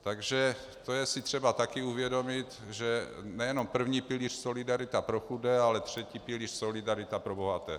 Takže to je si třeba taky uvědomit, že nejenom první pilíř solidarita pro chudé, ale třetí pilíř solidarita pro bohaté.